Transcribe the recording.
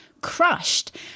crushed